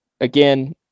again